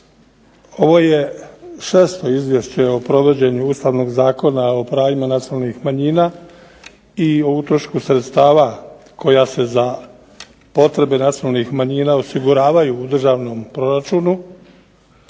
Ovo je 6. izvješće o provođenju Ustavnog zakona o pravima nacionalnih manjina i o utrošku sredstava koja se za potrebe nacionalnih manjina osiguravaju u državnom proračunu.